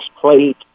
plate